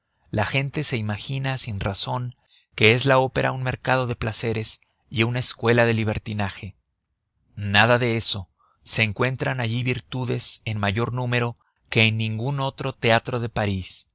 la gente se imagina sin razón que es la opera un mercado de placeres y una escuela de libertinaje nada de eso se encuentran allí virtudes en mayor número que en ningún otro teatro de parís